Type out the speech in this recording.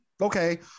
okay